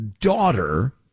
daughter